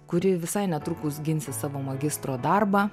kuri visai netrukus ginsis savo magistro darbą